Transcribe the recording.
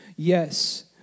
Yes